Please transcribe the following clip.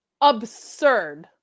Absurd